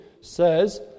says